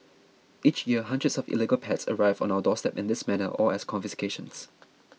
each year hundreds of illegal pets arrive on our doorstep in this manner or as confiscations